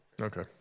Okay